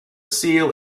seal